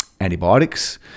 antibiotics